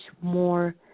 more